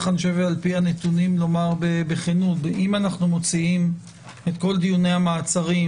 לפי הנתונים יש לומר בכנות אם אנחנו מוציאים את כל דיוני המעצרים